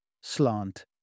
Slant